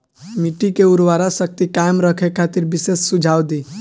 मिट्टी के उर्वरा शक्ति कायम रखे खातिर विशेष सुझाव दी?